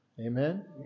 Amen